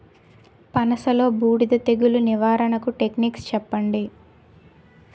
పనస లో బూడిద తెగులు నివారణకు టెక్నిక్స్ చెప్పండి?